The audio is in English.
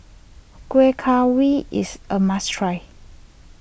Kuih Kaswi is a must try